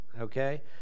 Okay